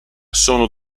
sono